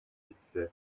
хэллээ